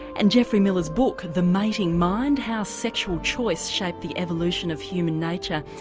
and geoffrey miller's book, the mating mind how sexual choice shaped the evolution of human nature,